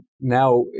now